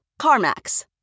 CarMax